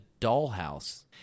dollhouse